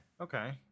Okay